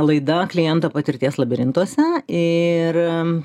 laida kliento patirties labirintuose ir